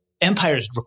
empires